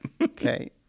Okay